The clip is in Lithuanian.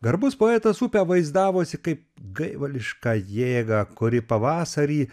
garbus poetas upę vaizdavosi kaip gaivališką jėgą kuri pavasarį